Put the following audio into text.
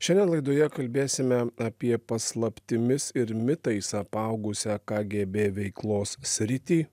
šiandien laidoje kalbėsime apie paslaptimis ir mitais apaugusią kgb veiklos sritį